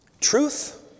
Truth